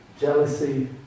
jealousy